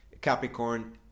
Capricorn